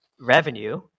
revenue